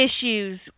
issues